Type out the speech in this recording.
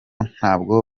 ntabwo